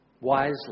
Wisely